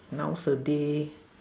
nowaday